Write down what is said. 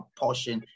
portion